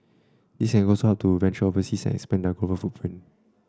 this can also help them venture overseas and expand their global footprint